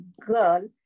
girl